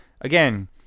again